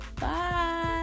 Bye